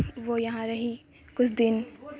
وہ یہاں رہی کچھ دن